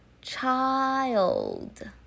Child